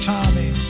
Tommy